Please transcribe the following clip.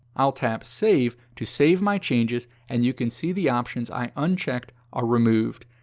i'll tap save to save my changes, and you can see the options i unchecked are removed.